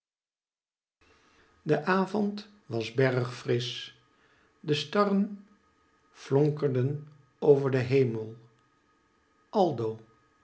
de avond was bergfrisch de starren flonkerden over den hemel aldo